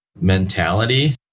mentality